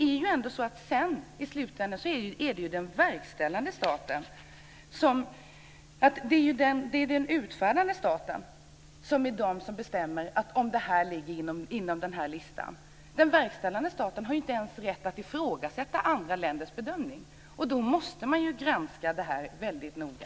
I slutändan är det ändå den verkställande och utfärdande staten som bestämmer huruvida det hela finns med på listan. Den verkställande staten har inte ens rätt att ifrågasätta andra länders bedömning, och därför måste man granska detta väldigt noga.